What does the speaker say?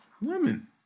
Women